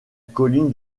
colline